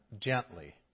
gently